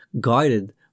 guided